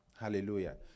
Hallelujah